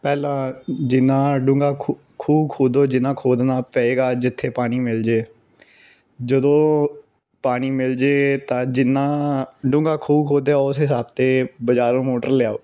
ਪਹਿਲਾ ਜਿੰਨਾਂ ਡੂੰਘਾ ਖ਼ੂਹ ਖ਼ੂਹ ਖੋਦੋ ਜਿਹਨਾਂ ਖੋਦਣਾ ਪਵੇਗਾ ਜਿੱਥੇ ਪਾਣੀ ਮਿਲ ਜਾਵੇ ਜਦੋਂ ਪਾਣੀ ਮਿਲ ਜਾਵੇ ਤਾਂ ਜਿਹਨਾਂ ਡੂੰਘਾ ਖ਼ੂਹ ਖੋਦਿਆ ਉਸੇ ਹਿਸਾਬ 'ਤੇ ਬਜ਼ਾਰੋਂ ਮੋਟਰ ਲਿਆਓ